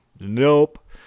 Nope